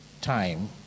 time